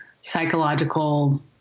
psychological